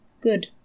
Good